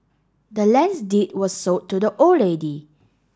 the land's deed was sold to the old lady